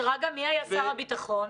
שרגא, מי היה שר הביטחון?